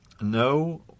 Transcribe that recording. no